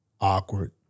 awkward